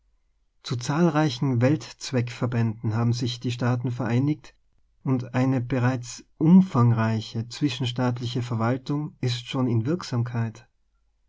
zu zahlreichen welt zweck verbänden haben sich die staaten vereinigt und eine bereits umfangreiche zwischenstaatliche ver waltung ist schonin wirksamkeit